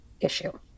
issue